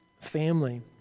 family